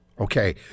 Okay